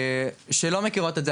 שלא מכירות את זה,